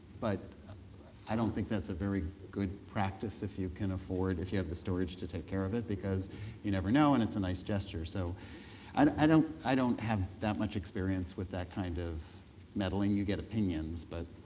but i don't think that's a very good practice if you can afford, if you have the storage to take care of it because you never know and it's a nice gesture. so and i don't i don't have that much experience with that kind of meddling, we get opinions but